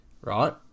right